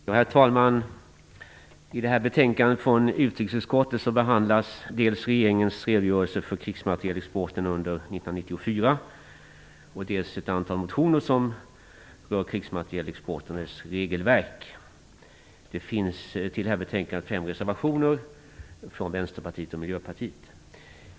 Herr talman! I detta betänkande från utrikesutskottet behandlas dels regeringens redogörelse för krigsmaterielexporten under 1994, dels ett antal motioner som rör krigsmaterielexporten och dess regelverk. Till betänkandet har fogats fem reservation från Vänsterpartiet och Miljöpartiet.